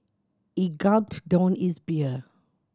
he gulped down his beer